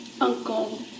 Uncle